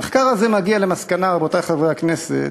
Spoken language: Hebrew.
המחקר הזה מגיע למסקנה, רבותי חברי הכנסת,